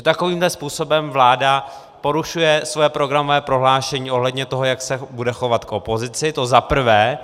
Takovýmhle způsobem vláda porušuje svoje programové prohlášení ohledně toho, jak se bude chovat k opozici, to zaprvé.